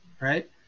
right